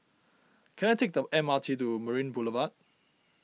can I take the M R T to Marina Boulevard